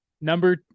Number